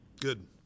Good